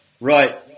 right